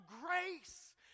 grace